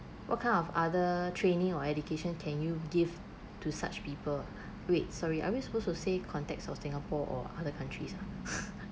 what kind of other training or education can you give to such people wait sorry are we supposed to say context of singapore or other countries ah